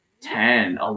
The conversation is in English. ten